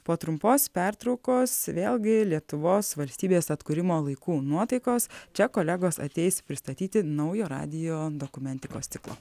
po trumpos pertraukos vėlgi lietuvos valstybės atkūrimo laikų nuotaikos čia kolegos ateis pristatyti naujo radijo dokumentikos ciklo